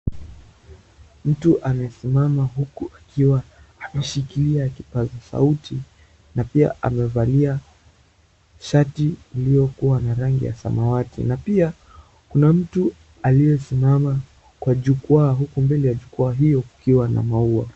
Mtu amesimama huku akiwa ameshikilia kipazasauti na pia amevalia shati iliyokuwa na rangi ya samawati na pia kuna mtu aliyesimama kwa jukwaa huku mbele ya jukwaa hilo kukiwa na maua.